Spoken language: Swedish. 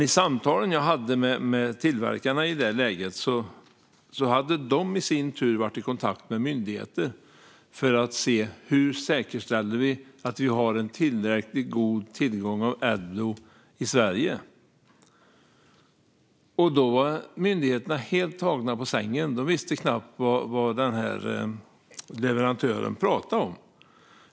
I samtalen jag hade med tillverkarna i det läget sa de att de i sin tur hade varit i kontakt med myndigheter för att se hur vi säkerställer en tillräckligt god tillgång till Adblue i Sverige. Då blev myndigheterna helt tagna på sängen; de visste knappt vad leverantören pratade om.